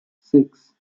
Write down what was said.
six